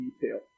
detail